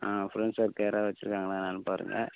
ஆ friends circle யாராவது வச்சுருக்காங்களா என்னான்னு பாருங்கள்